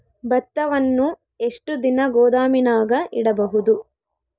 ಭತ್ತವನ್ನು ಎಷ್ಟು ದಿನ ಗೋದಾಮಿನಾಗ ಇಡಬಹುದು?